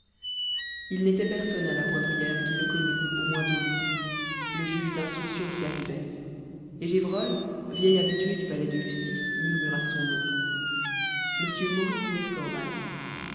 il n'était personne à la poivrière qui ne connût au moins de vue le juge d'instruction qui arrivait et gévrol vieil habitué du palais de justice murmura son nom m maurice d'escorval